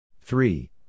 Three